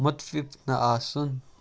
مُتفِق نہٕ آسُن